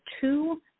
two